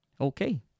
Okay